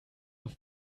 auf